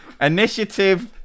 Initiative